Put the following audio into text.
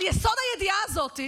על יסוד הידיעה הזאת,